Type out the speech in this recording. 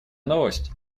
новость